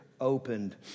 opened